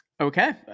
okay